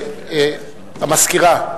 המזכירה,